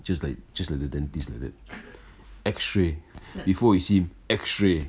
just like just like the dentist like that x-ray before you see him x-ray